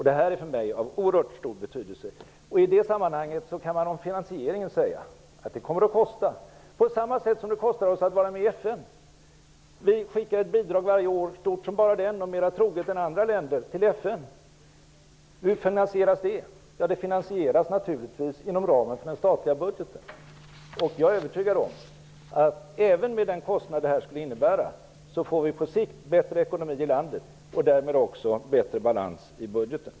Det här är för mig av oerhört stor betydelse. I det sammanhanget kan man om finansieringen säga att det kommer att kosta, på samma sätt som det kostar oss att vara med i FN. Vi skickar bidrag till FN varje år, stort som bara den och mera troget än andra länder. Hur finansieras det? Jo, det finansieras naturligtvis inom ramen för den statliga budgeten. Jag är övertygad om att även med den kostnad det här skulle innebära får vi på sikt bättre ekonomi i landet och därmed också bättre balans i budgeten.